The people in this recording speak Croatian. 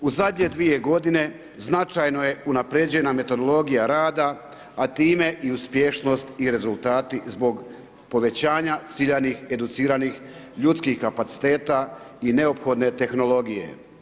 U zadnje 2 g. značajno je unaprijeđena metodologija rada, a time i uspješnost i rezultati zbog povećanja, ciljanih, educiranih ljudskih kapaciteta i neophodne tehnologije.